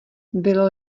bylo